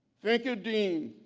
thank you dean.